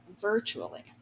virtually